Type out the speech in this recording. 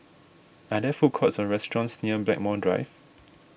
are there food courts or restaurants near Blackmore Drive